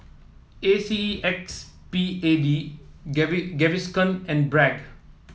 A C E X P A D Gaviscon and Bragg